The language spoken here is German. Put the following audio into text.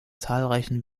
zahlreichen